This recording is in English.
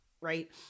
right